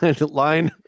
line